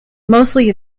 mostly